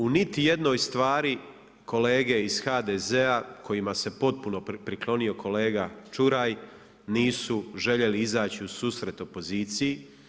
U niti jednoj stvari kolege iz HDZ-a kojima se potpuno priklonio kolega Čuraj nisu željeli izaći u susret opoziciji.